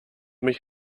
mich